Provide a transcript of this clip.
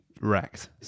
Wrecked